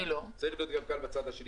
צריך להיות קל גם בצד השני,